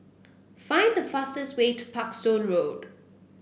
find the fastest way to Parkstone Road